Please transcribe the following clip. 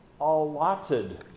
allotted